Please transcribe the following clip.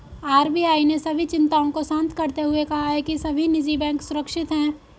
RBI ने सभी चिंताओं को शांत करते हुए कहा है कि सभी निजी बैंक सुरक्षित हैं